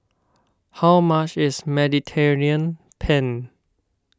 how much is Mediterranean Penne